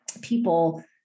people